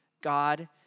God